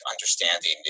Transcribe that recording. understanding